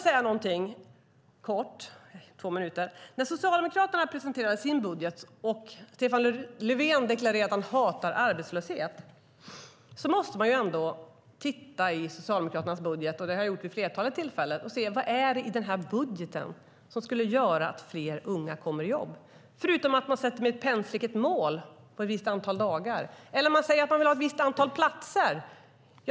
Socialdemokraterna presenterade sin budget, och Stefan Löfven deklarerade att han hatar arbetslöshet. Då måste man ändå titta i Socialdemokraternas budget - det har jag gjort vid ett flertal tillfällen - och se vad det är i den här budgeten som skulle göra att fler unga kommer i jobb. Med ett pennstreck sätter man upp ett mål om ett visst antal dagar, eller man säger att man vill ha ett visst antal platser.